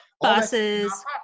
buses